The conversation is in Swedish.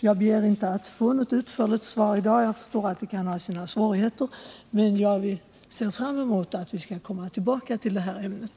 Jag begär inte att få något utförligt svar i dag, eftersom jag förstår att det kan ha sina svårigheter, men jag ser fram emot att vi skall komma tillbaka till det här ämnet.